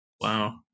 wow